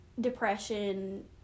depression